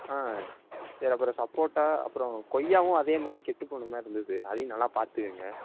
ஆ சரி அப்புறம் சப்போட்டா அப்புறோம் கொய்யாவும் அதே மாதிரி கெட்டுப் போன மாதிரி இருந்தது அதையும் நல்லாப் பார்த்துக்கோங்க